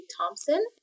Thompson